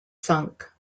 sunk